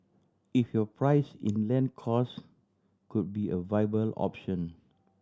if your price in land cost could be a viable option